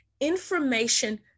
information